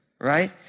right